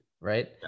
right